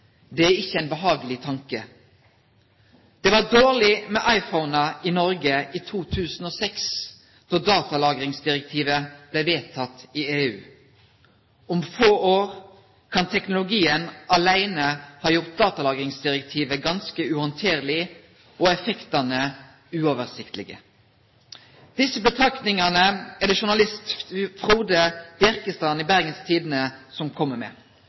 Det er ikke en behagelig tanke. Det var dårlig med iPhoner i Norge i 2006, da datalagringsdirektivet ble vedtatt i EU. Om få år kan teknologien alene ha gjort datalagringsdirektivet ganske uhåndterlig og effektene uoversiktlige. Disse betraktningene er det journalist Frode Bjerkestrand i Bergens Tidende som kommer med,